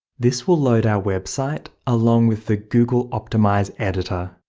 this will load our website, along with the google optimize editor,